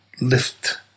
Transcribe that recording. lift